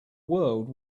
world